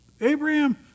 Abraham